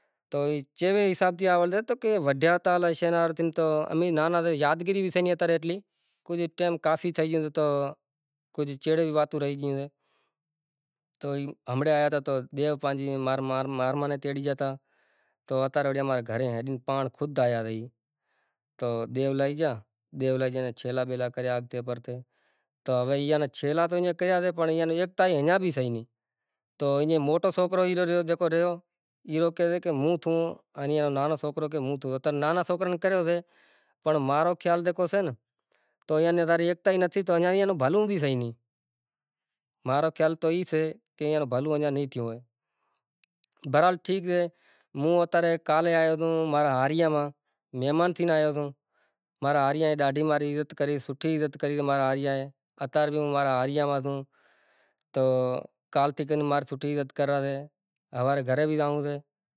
ان موٹر سینکل بھی ایم سے گھر میں زے ترن زنڑا ہکلنڑ واڑا ایں تو پانس موٹر سینکل ہوشیں، ائیں کمپیوٹر زو کمپیوٹر ہوے مانڑو مطلب کمپیوٹر میں مطلب گانا وغیرہ بھرائیے صحیح اے سوٹھی مطلب آنپڑے ٹیکنالاجی ڈئی سگھے، پنکھو سوٹھی ہوا ہارے ہالے صحیح اے، ائیں پنکھو آنپڑے مطلب ہوے پنکھاں ناں بھی زو پنکھو ایک سرکٹ وغیرہ سے نانکی نانکی چیزاں سے ہوے ایئے ماں تار وغیرہ لگاواں مثال سے کہ تا ر تھوڑی بری جاوے تو ہلتو ئی نتھی مطلب ای عجیب ٹیکنالاجی اے ای ٹھائیا واڑاں نیں سلام ہوئے۔ لیٹ وغیرہ تھی مطلب ای بھی اہم سے، پہریں تو زیادہ تر مانڑاں ناں اونٹ تھے گیا گیا زیادہ تر موٹا بھینش تھے گیا مطلب ایئاں نی مدد تھی مانڑاں حیدرآباد تھی گیو کراچی تھے گئی، ٹنڈوالہیار تھے گیو مانڑاں ایتلا پندھ کرے زاتا تا ائیں اتا رے ریل گاڈی سے ای بھی ایک ٹیکنالاجی اے زکو ہوے ریل گاڈی بھی جہاز تھیں ایتلا فائدا تھئی گیا کہ زیادہ تر بئے ملک وارو مانڑو ، اے بئے شیوں استعمال کرے، کاروں وغیرہ تو